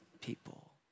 people